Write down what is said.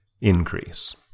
increase